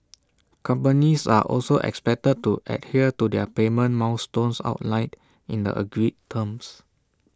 companies are also expected to adhere to their payment milestones outlined in the agreed terms